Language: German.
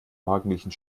morgendlichen